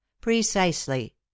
Precisely